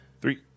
three